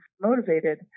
motivated